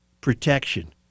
protection